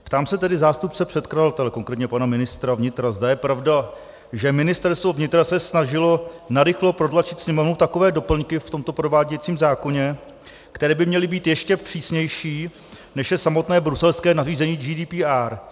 Ptám se tedy zástupce předkladatelů, konkrétně pana ministra vnitra, zda je pravda, že Ministerstvo vnitra se snažilo narychlo protlačit Sněmovnou takové doplňky v tomto prováděcím zákoně, které by měly být ještě přísnější, než je samotné bruselské nařízení GDPR.